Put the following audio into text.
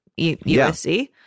USC